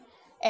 and